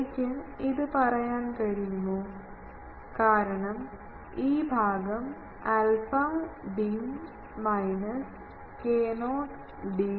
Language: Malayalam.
എനിക്ക് ഇത് പറയാൻ കഴിയുമോ കാരണം ഈ ഭാഗം alpha d minus k0 d